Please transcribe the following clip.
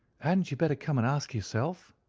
and you better come and ask yourself?